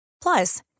Plus